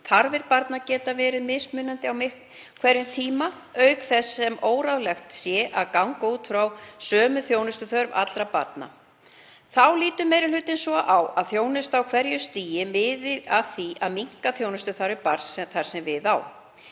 Þarfir barna geti verið mismiklar á hverjum tíma auk þess sem óráðlegt sé að ganga út frá sömu þjónustuþörf allra barna. Þá lítur meiri hlutinn svo á að þjónusta á hverju stigi miði að því að minnka þjónustuþarfir barns, þar sem við á.